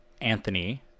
Anthony